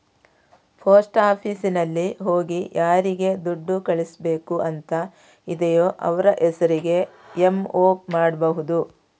post ಆಫೀಸಿನಲ್ಲಿ ಹೋಗಿ ಯಾರಿಗೆ ದುಡ್ಡು ಕಳಿಸ್ಬೇಕು ಅಂತ ಇದೆಯೋ ಅವ್ರ ಹೆಸರಿಗೆ ಎಂ.ಒ ಮಾಡ್ಬಹುದು